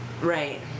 Right